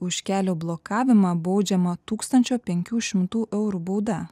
už kelio blokavimą baudžiama tūkstančio penkių šimtų eurų bauda